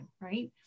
right